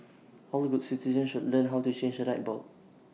all good citizens should learn how to change A light bulb